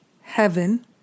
heaven